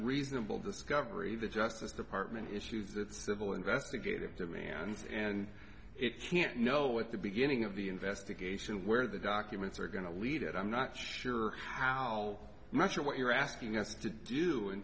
reasonable discovery the justice department it's true that civil investigative demands and it can't know at the beginning of the investigation where the documents are going to lead it i'm not sure how much of what you're asking us to do in